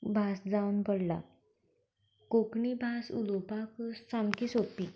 भास जावन पडला कोंकणी भास उलोपाक सामकी सोंपी